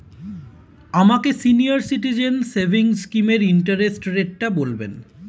আমাকে senior citizen savings স্কিমের interest রেটটা বলবেন